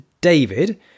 David